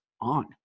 on